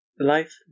Life